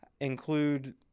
include